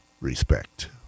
respect